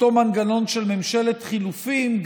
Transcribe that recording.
אותו מנגנון של ממשלת חילופים,